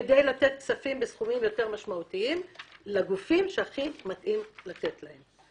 כדי לתת כספים בסכומים משמעותיים יותר לגופים המתאימים ביותר.